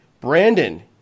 Brandon